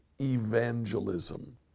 evangelism